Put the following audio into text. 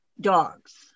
dogs